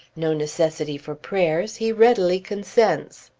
no necessity for prayers he readily consents.